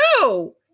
No